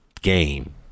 game